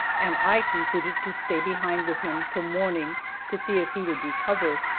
and i concluded to stay behind with him till morning to see if he would recover.